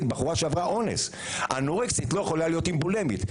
עם בחורה שעברה אונס ואנורקסית לא יכולה להיות עם בולימית.